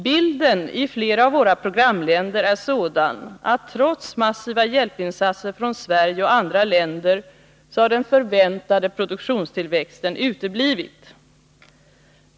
Bilden i flera av våra programländer är sådan att trots massiva hjälpinsatser från Sverige och andra länder har den förväntade produktionstillväxten uteblivit.